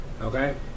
Okay